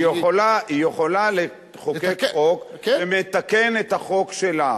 היא יכולה לחוקק חוק המתקן את החוק שלה.